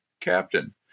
captain